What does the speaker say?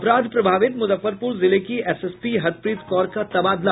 अपराध प्रभावित मुजफ्फरपुर जिले की एसएसपी हरप्रीत कौर का तबादला